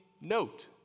note